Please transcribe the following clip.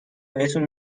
بهتون